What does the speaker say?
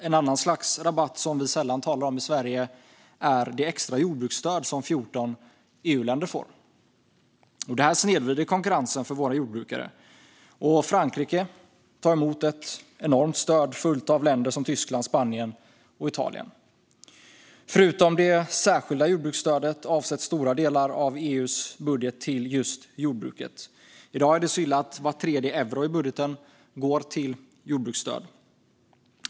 Ett annat slags rabatt som vi sällan talar om i Sverige är det extra jordbruksstöd som 14 EU-länder får. Det här snedvrider konkurrensen för våra jordbrukare. Frankrike tar emot ett enormt stöd, följt av länder som Tyskland, Spanien och Italien. Förutom det särskilda jordbruksstödet avsätts stora delar av EU:s budget till just jordbruket. I dag är det så illa att var tredje euro i budgeten går till jordbruksstöd.